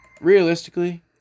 realistically